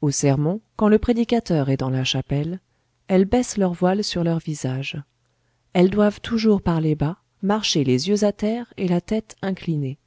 au sermon quand le prédicateur est dans la chapelle elles baissent leur voile sur leur visage elles doivent toujours parler bas marcher les yeux à terre et la tête inclinée